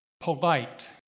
Polite